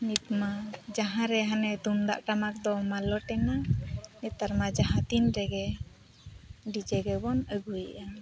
ᱱᱤᱛᱼᱢᱟ ᱡᱟᱦᱟᱸᱨᱮ ᱦᱟᱱᱮ ᱛᱩᱢᱫᱟᱜ ᱴᱟᱢᱟᱠ ᱫᱚ ᱢᱟᱞᱚᱴᱮᱱᱟ ᱱᱮᱛᱟᱨᱼᱢᱟ ᱡᱟᱦᱟᱸ ᱛᱤᱱ ᱨᱮᱜᱮ ᱰᱤᱡᱮ ᱜᱮᱵᱚᱱ ᱟᱹᱜᱩᱭᱮᱜᱼᱟ